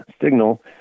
signal